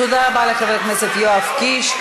תודה רבה לחבר הכנסת יואב קיש.